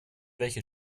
welche